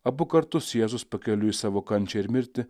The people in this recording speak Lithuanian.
abu kartus jėzus pakeliui į savo kančią ir mirtį